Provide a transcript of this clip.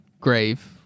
grave